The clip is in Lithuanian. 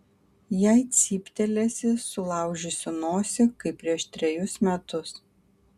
jei cyptelėsi sulaužysiu nosį kaip prieš trejus metus